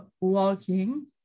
walking